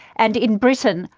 and in britain,